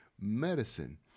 medicine